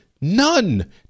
None